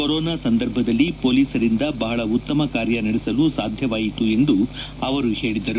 corona ಸಂದರ್ಭದಲ್ಲಿ ಹೊಲೀಸರಿಂದ ಬಹಳ ಉತ್ತಮ ಕಾರ್ಯ ನಡೆಸಲು ಸಾಧ್ಯವಾಯಿತು ಎಂದು ಅವರು ಹೇಳಿದರು